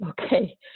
okay